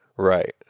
Right